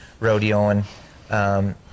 rodeoing